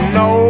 no